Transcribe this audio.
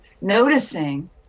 noticing